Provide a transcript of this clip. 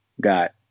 got